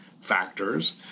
factors